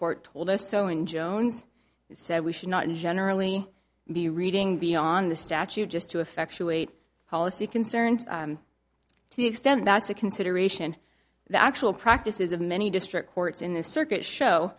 court told us so in jones said we should not generally be reading beyond the statute just to effectuate policy concerns to the extent that's a consideration the actual practices of many district courts in this circuit show